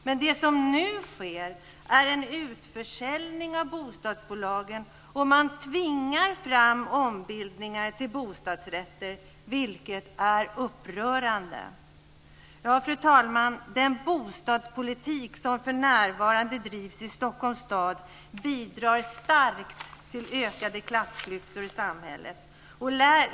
Men det som nu sker är en utförsäljning av bostadsbolagen, och man tvingar fram ombildningar till bostadsrätter, vilket är upprörande. Fru talman! Den bostadspolitik som för närvarande bedrivs i Stockholms stad bidrar starkt till ökade klassklyftor i samhället.